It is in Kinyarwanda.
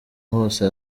hose